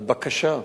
על בקשה.